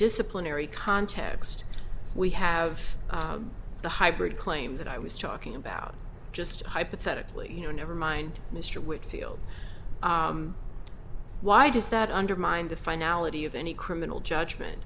disciplinary context we have the hybrid claim that i was talking about just hypothetically you know never mind mr wickfield why does that undermine the finality of any criminal judgment